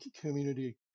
community